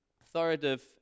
authoritative